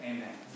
Amen